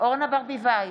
אורנה ברביבאי,